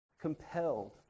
compelled